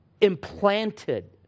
implanted